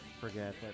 forget